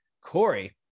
Corey